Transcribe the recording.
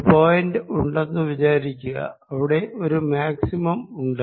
ഒരു പോയിന്റ് ഉണ്ടെന്നു വിചാരിക്കുക അവിടെ ഒരു മാക്സിമം ഉണ്ട്